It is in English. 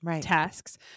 tasks